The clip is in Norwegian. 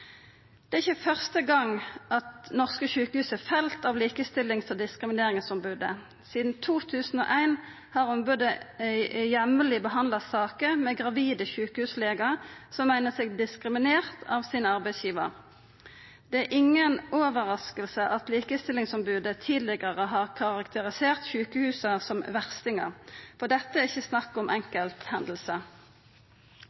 Det er ikkje første gong norske sjukehus er felt av Likestillings- og diskrimineringsombodet. Sidan 2001 har ombodet jamleg behandla saker med gravide sjukehuslegar som meiner dei er diskriminerte av arbeidsgivaren sin. Det er inga overrasking at Likestillingsombodet tidlegare har karakterisert sjukehusa som verstingar, for dette er ikkje snakk om